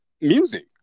Music